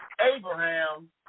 Abraham